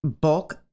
bulk